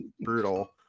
brutal